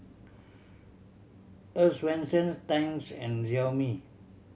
Earl's Swensens Tangs and Xiaomi